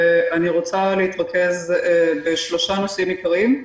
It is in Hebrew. אני רוצה להתרכז בשלושה נושאים עיקריים.